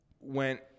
went